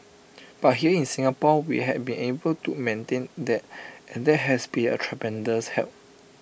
but here in Singapore we have been able to maintain that and that has been A tremendous help